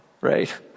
right